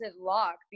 lock